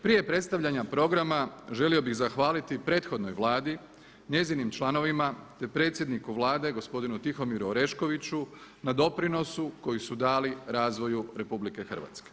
Prije predstavljanja programa želio bih zahvaliti prethodnoj Vladi, njezinim članovima, te predsjedniku Vlade gospodinu Tihomiru Oreškoviću na doprinosu koji su dali razvoju Republike Hrvatske.